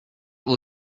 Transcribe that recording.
will